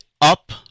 up